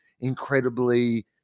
incredibly